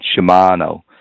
shimano